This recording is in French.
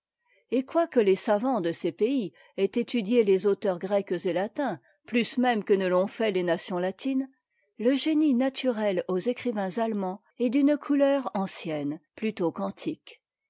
et quoique les savants dé ces pays aient étudié les auteurs grecs et latins plus même que ne l'ont fait les nations latines le génie naturel aux écrivains allemands est d'une couleur ancienne plutôt qu'antique